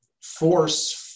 force